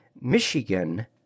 Michigan